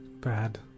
bad